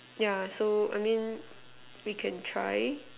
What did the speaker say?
yeah so I mean we can try